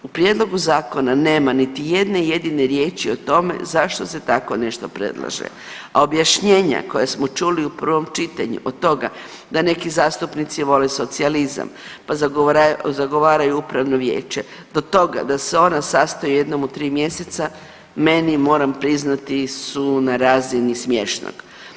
U prijedlogu zakona nema niti jedne jedine riječi o tome zašto se tako nešto predlaže, a objašnjenja koja smo čuli u prvom čitanju od toga da neki zastupnici vole socijalizam, pa zagovaraju upravno vijeće do toga da se ona sastaju jednom u tri mjeseca, meni moram priznati su na razini smiješnog.